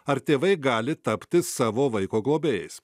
ar tėvai gali tapti savo vaiko globėjais